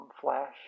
flash